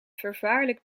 vervaarlijk